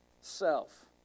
self